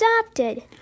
adopted